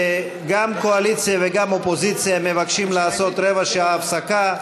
גם הקואליציה וגם האופוזיציה מבקשות רבע שעה הפסקה.